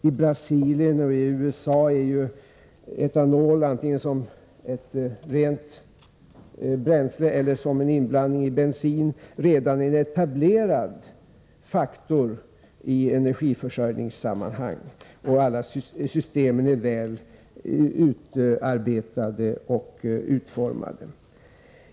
I Brasilien och i USA är etanol antingen som ett rent bränsle eller som en inblandning i bensin redan en etablerad faktor i energiförsörjningssammanhang, och alla systemen är väl utarbetade och utformade.